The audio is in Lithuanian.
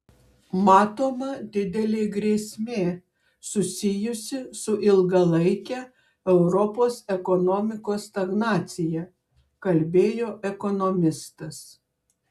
matoma didelė grėsmė susijusi su ilgalaike europos ekonomikos stagnacija kalbėjo ekonomistas